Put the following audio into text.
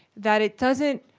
that it doesn't,